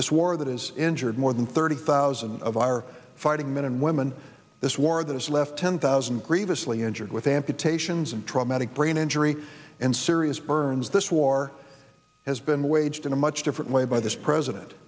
this war that has injured more than thirty thousand of our fighting men and women this war that has left ten thousand grievously injured with amputations and traumatic brain injury and serious burns this war has been waged in a much different way by this president